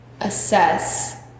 assess